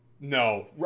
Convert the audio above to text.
No